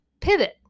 pivot